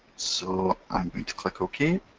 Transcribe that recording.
so i'm going to click ok,